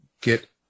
get